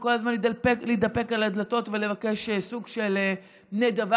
וכל הזמן להתדפק על הדלתות ולבקש סוג של נדבה